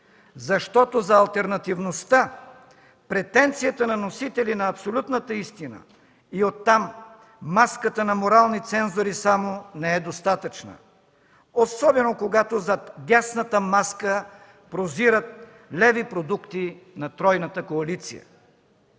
защото за алтернативността претенцията на носители на абсолютната истина, и оттам – маската на морални цензори само, не е достатъчна, особено когато зад дясната маска прозират леви продукти на тройната коалиция.